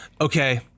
Okay